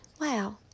wow